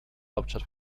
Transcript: hauptstadt